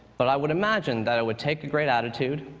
but i would imagine that it would take a great attitude.